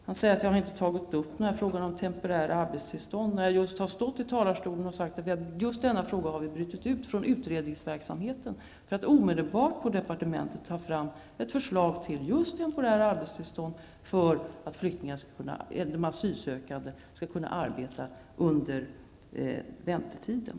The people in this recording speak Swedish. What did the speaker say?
Han säger att jag inte har tagit upp frågan om temporära arbetstillstånd, när jag just har stått i talarstolen och sagt vi har brutit ut just denna fråga från utredningsverksamheten för att omedelbart på departementet ta fram ett förslag till temporära arbetstillstånd, för att de asylsökande skall kunna arbeta under väntetiden.